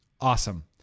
awesome